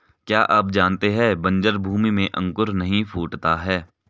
क्या आप जानते है बन्जर भूमि में अंकुर नहीं फूटता है?